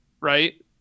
Right